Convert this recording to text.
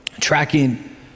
tracking